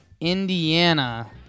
Indiana